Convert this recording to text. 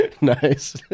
Nice